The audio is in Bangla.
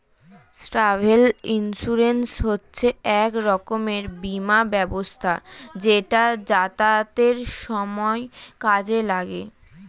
ট্রাভেল ইন্সুরেন্স হচ্ছে এক রকমের বীমা ব্যবস্থা যেটা যাতায়াতের সময় কাজে লাগে